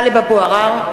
(קוראת בשמות חברי הכנסת) טלב אבו עראר,